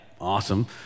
Awesome